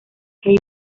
hey